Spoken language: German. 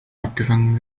abgefangen